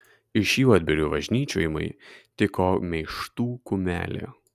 iš juodbėrių važnyčiojimui tiko meištų kumelė